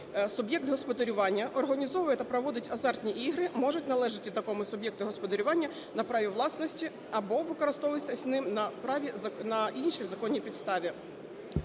суб'єкт господарювання організовує та проводить азартні ігри, можуть належати такому суб'єкту господарювання на праві власності або використовуватися ним на іншій законній підставі.